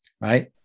right